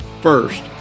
first